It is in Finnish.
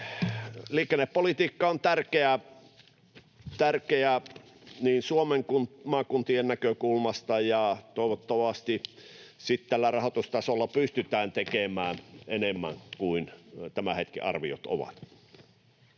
Liikennepolitiikka on tärkeää niin Suomen kuin maakuntien näkökulmasta, ja toivottavasti sitten tällä rahoitustasolla pystytään tekemään enemmän kuin tämän hetken arviot ovat.